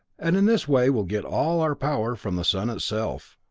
and in this way we'll get all our power from the sun itself.